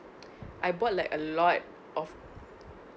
I bought like a lot of